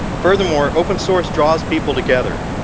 furthermore, open source draws people together.